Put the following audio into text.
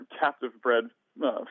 captive-bred